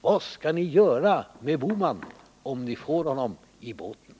Vad skall ni göra med Bohman, om ni får honom i båten?